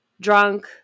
drunk